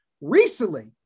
recently